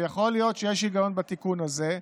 ויכול להיות שיש היגיון בתיקון הזה,